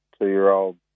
two-year-old